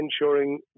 ensuring